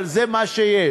אבל זה מה שיש.